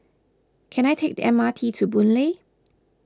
can I take the M R T to Boon Lay